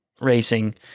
racing